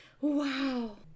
wow